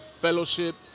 fellowship